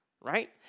right